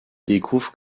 découvre